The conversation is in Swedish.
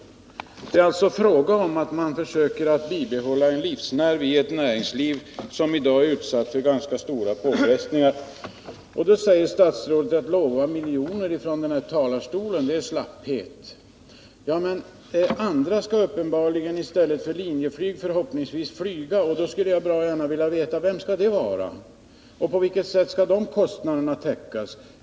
Det är alltså fråga om att försöka rädda en livsnerv i ett näringsliv som i dag är utsatt för ganska stora påfrestningar. Mot denna bakgrund säger statsrådet att det skulle vara ett uttryck för slapphet att lova miljoner från denna talarstol. Men om inte Linjeflyg sköter denna trafik, skall väl förhoppningsvis någon annan stå för den, och jag skulle då vilja veta vem det skall bli. På vilket sätt skall kostnaderna för detta täckas?